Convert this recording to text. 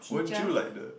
won't you like the